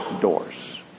doors